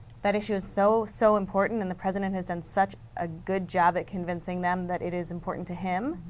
that issue is so so important and the president has and such a good job at convincing them that it is important to him,